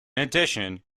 addition